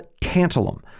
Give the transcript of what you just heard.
tantalum